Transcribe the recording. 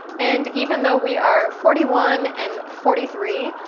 and even though we are forty one and forty three,